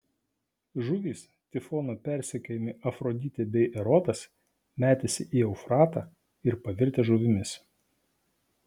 žuvys tifono persekiojami afroditė bei erotas metęsi į eufratą ir pavirtę žuvimis